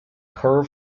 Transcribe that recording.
her